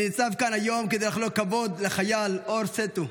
אני ניצב כאן היום כדי לחלוק כבוד לחייל אור אסתו,